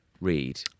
Read